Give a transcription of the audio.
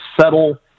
settle –